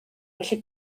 felly